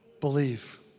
believe